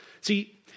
See